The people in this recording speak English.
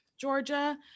Georgia